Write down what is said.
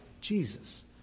Jesus